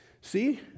See